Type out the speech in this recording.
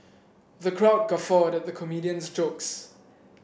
the crowd guffawed at the comedian's jokes